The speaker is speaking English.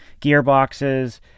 gearboxes